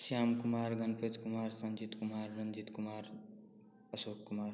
Shyam Kumar Ganpat Kumar Sanjeet Kumar Ranjeet Kumar Ashok Kumar